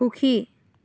সুখী